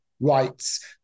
rights